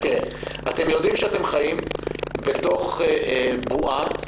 אתם יודעים שאתם חיים בתוך בועה,